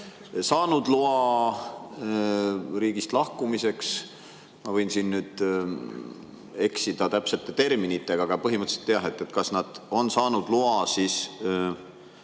saanud loa riigist lahkumiseks. Ma võin nüüd eksida täpsete terminitega, aga põhimõtteliselt jah, kas nad on saanud loa